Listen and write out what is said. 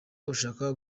ashaka